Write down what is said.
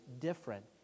different